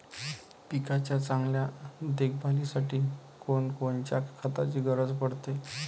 पिकाच्या चांगल्या देखभालीसाठी कोनकोनच्या खताची गरज पडते?